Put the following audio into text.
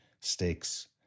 stakes